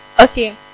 Okay